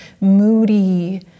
moody